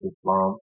Islam